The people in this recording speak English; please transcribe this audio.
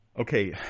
Okay